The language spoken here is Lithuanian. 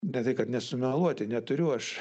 ne tai kad nesumeluoti neturiu aš